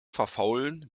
verfaulen